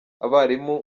abarimu